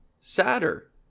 sadder